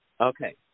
Okay